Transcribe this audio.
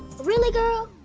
really, girl?